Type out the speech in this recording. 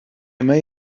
may